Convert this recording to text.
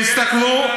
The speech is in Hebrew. בחייך,